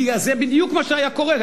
כי זה בדיוק מה שהיה קורה,